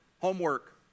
Homework